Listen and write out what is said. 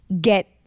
get